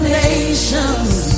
nations